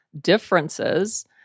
differences